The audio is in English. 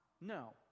No